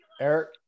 Eric